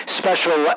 special